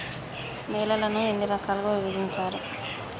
నేలలను ఎన్ని రకాలుగా విభజించారు?